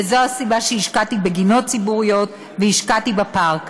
וזו הסיבה שהשקעתי בגינות ציבוריות והשקעתי בפארק.